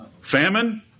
Famine